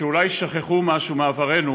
שאולי שכחו משהו מעברנו,